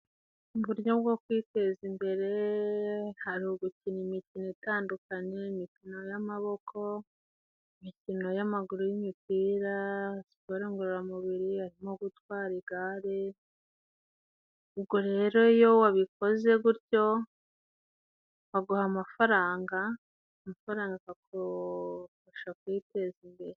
Uburyo bwo kwiteza imbere hari ugukina imikino itandukanye: imikino y'amaboko, imikino y'amaguru y'imipira siporo ngororamubiri harimo gutwara igare ,ubwo rero iyo wabikoze gutyo ,baguha amafaranga ,amafaranga akagufasha kwiteza imbere.